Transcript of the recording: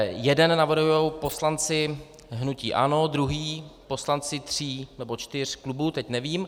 Jeden navrhují poslanci hnutí ANO, druhý poslanci tří nebo čtyř klubů, teď nevím.